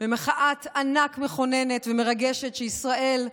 במחאת ענק מכוננת ומרגשת שישראל,